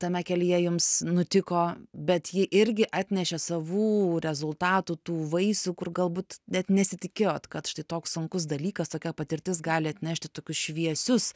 tame kelyje jums nutiko bet ji irgi atnešė savų rezultatų tų vaisių kur galbūt net nesitikėjot kad štai toks sunkus dalykas tokia patirtis gali atnešti tokius šviesius